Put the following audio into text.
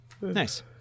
Nice